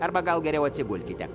arba gal geriau atsigulkite